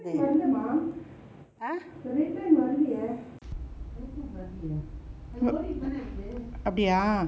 வரலையே:varalaye அப்டியா:apdiya